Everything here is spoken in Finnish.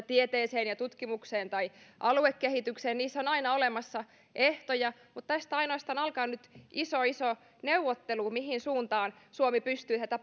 tieteeseen ja tutkimukseen tai aluekehitykseen nykyistenkin ohjelmien kautta niissä on aina olemassa ehtoja tästä ainoastaan alkaa nyt iso iso neuvottelu siitä mihin suuntaan suomi pystyy tätä